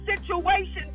situations